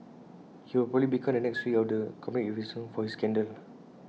he will probably become the next C E O of the company if IT wasn't for his scandal